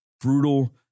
brutal